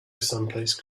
someplace